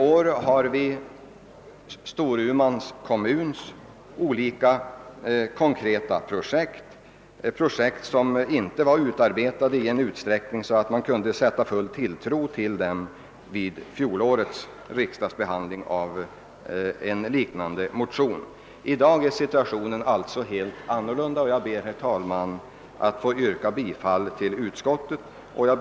Nu har vi också Storumans kommuns olika konkreta projekt, som inte var utarbetade i sådan utsträckning att man kunde sätta full tilltro till dem vid fjolårets riksdagsbehandling av en liknande motion. I dag är situationen alltså en helt annan, och jag ber därför, herr talman, att få yrka bifall till utskottets hemställan.